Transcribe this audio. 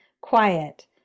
quiet